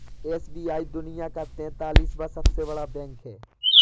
SBI दुनिया का तेंतालीसवां सबसे बड़ा बैंक है